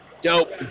dope